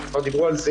כבר דיברו על זה,